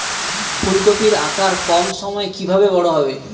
ফুলকপির আকার কম সময়ে কিভাবে বড় হবে?